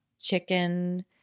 chicken